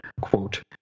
quote